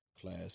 class